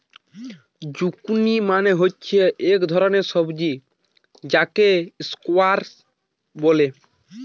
zucchini মানে হচ্ছে এক ধরণের সবজি যাকে স্কোয়াস বলে